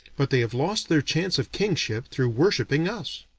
but they have lost their chance of kingship through worshipping us.